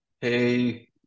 hey